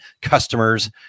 customers